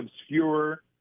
obscure